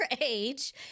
age